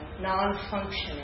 non-functioning